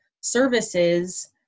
services